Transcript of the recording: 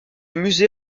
musée